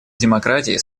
демократии